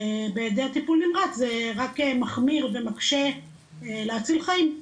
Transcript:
ובהעדר טיפול נמרץ זה רק מחמיר ומקשה להציל חיים.